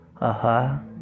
Aha